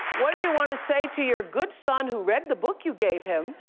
what do you want to say to your good son who read the book you gave him?